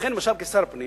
לכן, למשל, כשר הפנים